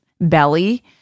belly